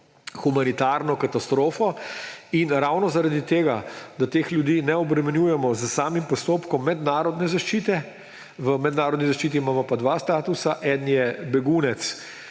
humanitarno katastrofo. In ravno zaradi tega, da teh ljudi ne obremenjujemo s samim postopkom mednarodne zaščite – v mednarodni zaščiti pa imamo dva statusa; eden je begunec,